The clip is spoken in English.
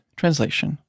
translation